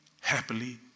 happily